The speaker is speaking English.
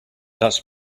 that’s